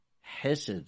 Hesed